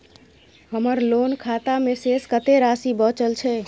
हमर लोन खाता मे शेस कत्ते राशि बचल छै?